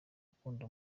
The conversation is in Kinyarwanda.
akunda